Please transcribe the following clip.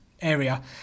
area